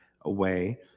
away